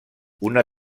una